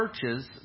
churches